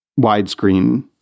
widescreen